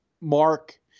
Mark –